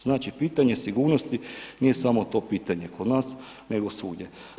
Znači, pitanje sigurnosti nije samo to pitanje kod nas, nego svugdje.